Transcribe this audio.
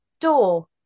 door